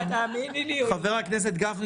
חבר הכנסת גפני,